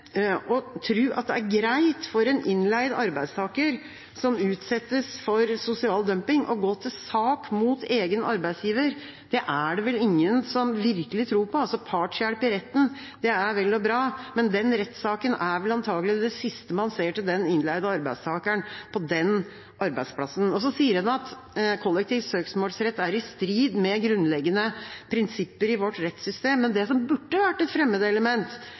At det er greit for en innleid arbeidstaker som utsettes for sosial dumping, å gå til sak mot egen arbeidsgiver, er det vel ingen som virkelig tror. Partshjelp i retten er vel og bra, men den rettssaken gjør at det antakeligvis er det siste man ser til den innleide arbeidstakeren på den arbeidsplassen. En sier at kollektiv søksmålsrett er i strid med grunnleggende prinsipper i vårt rettssystem, men det som burde vært et